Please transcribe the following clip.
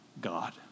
God